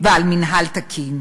ובמינהל תקין.